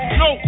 no